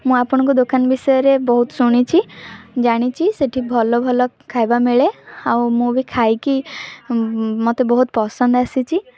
ମୁଁ ଆପଣଙ୍କ ଦୋକାନ ବିଷୟରେ ବହୁତ ଶୁଣିଛି ଜାଣିଛି ସେଇଠି ଭଲ ଭଲ ଖାଇବା ମିଳେ ଆଉ ମୁଁ ବି ଖାଇକି ମୋତେ ବହୁତ ପସନ୍ଦ ଆସିଛି